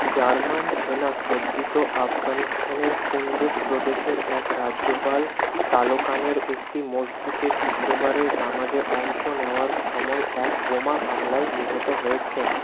German সেনা সজ্জিত আফগানিস্তানের কুন্দজ প্রদেশের এক রাজ্যপাল তালোকানের একটি মসজিদে শুক্রবারে নামাজে অংশ নেওয়ার সময় এক বোমা হামলায় নিহত হয়েছেন